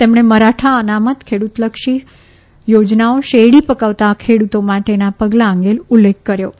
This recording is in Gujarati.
તેમણે મરાઠા અનામત ખેડૂતલક્ષી યોજનાઓ શેરડી પકવતા ખેડૂતો માટેનાં પગલાં અંગે ઉલ્લેખ કર્યો હતો